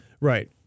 Right